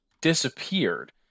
disappeared